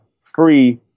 free